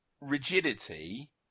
rigidity